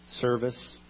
service